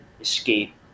escape